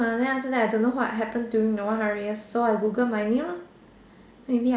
then after that I don't know what happen during the one hundred years so I Google my name orh